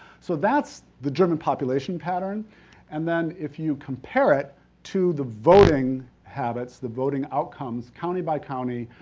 so, that's the german population pattern and then, if you compare it to the voting habits, the voting outcomes, county by county,